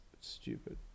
stupid